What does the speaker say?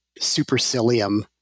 supercilium